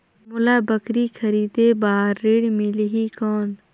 मोला बकरी खरीदे बार ऋण मिलही कौन?